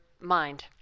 mind